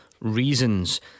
reasons